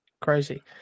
Crazy